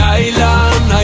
island